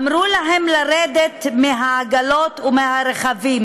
אמרו להם לרדת מהעגלות ומכלי הרכב,